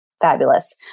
Fabulous